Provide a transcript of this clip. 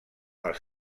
els